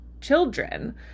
children